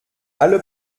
alle